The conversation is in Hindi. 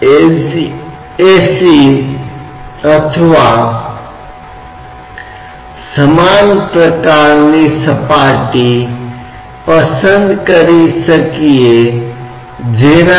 इसलिए हम यह पता लगाने में रुचि रखते हैं कि इस बिंदु पर दबाव क्या है जो कि मुक्त सतह से गहराई पर है